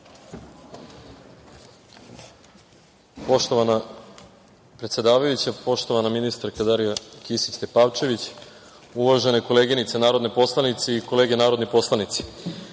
Poštovana predsedavajuća, poštovana ministarka Darija Kisić Tepavčević, uvažene koleginice narodne poslanice i kolege narodni poslanici,